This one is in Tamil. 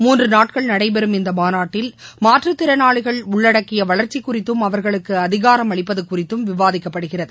மூன்று நாட்கள் நடைபெறும் இந்த மாநாட்டில் மாற்றுத்திறனாளிகள் உள்ளடக்கிய வளர்ச்சி குறித்தும் அவர்களுக்கு அதிகாரம் அளிப்பது குறித்தும் விவாதிக்கப்படுகிறது